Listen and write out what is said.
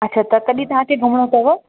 अच्छा त कॾहिं तव्हांखे घुमिणो अथव